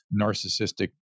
narcissistic